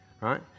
right